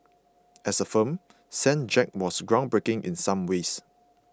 as a film Saint Jack was groundbreaking in some ways